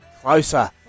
Closer